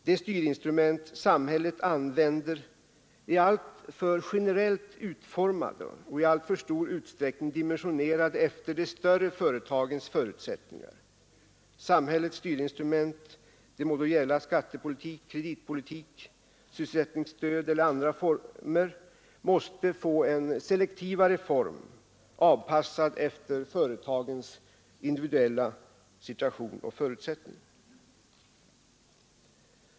De styrinstrument samhället använder är alltför generellt utformade och i alltför stor utsträckning dimensionerade efter de större företagens förutsättningar. Samhällets styrinstrument — det må gälla skattepolitik, kreditpolitik, sysselsättningsstöd eller andra former — måste göras mera selektiva, avpassade efter företagens individuella situation och förutsättningar.